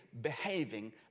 behaving